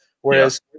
whereas